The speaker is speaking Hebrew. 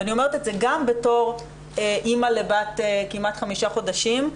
ואני אומרת את זה גם בתור אימא לבת כמעט חמישה חודשים,